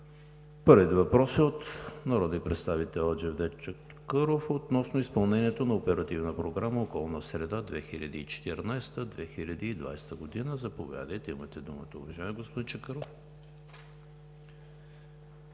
Първият въпрос е от народния представител Джевдет Чакъров относно изпълнението на Оперативна програма „Околна среда 2014 – 2020 г.“ Заповядайте – имате думата, уважаеми господин Чакъров.